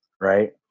right